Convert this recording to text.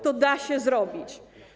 To da się zrobić.